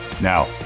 Now